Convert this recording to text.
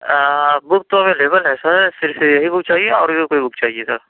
بک تو اویلیبل ہے سر صرف یہی بک چاہیے اور بھی کوئی بک چاہیے سر